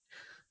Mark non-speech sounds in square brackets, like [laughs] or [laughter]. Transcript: [laughs]